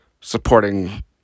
supporting